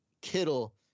Kittle